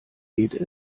geht